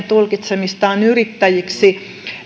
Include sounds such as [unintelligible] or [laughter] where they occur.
[unintelligible] tulkitsemista yrittäjiksi